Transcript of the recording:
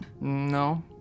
No